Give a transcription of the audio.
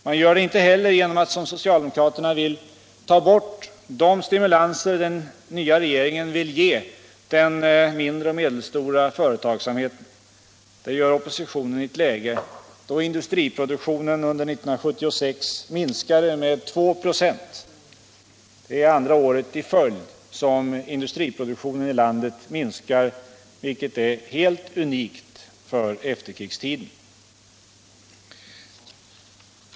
Man gör det inte heller genom att, som socialdemokraterna vill, ta bort de stimulanser som den nya regeringen vill ge den mindre och medelstora företagsamheten. Det föreslår oppositionen i ett läge, då industriproduktionen under 1976 minskade med 2 4. Det är andra året i följd som industriproduktionen i landet minskar, vilket är helt unikt för efterkrigstiden.